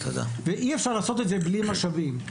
אי אפשר לעשות זאת בלי משאבים.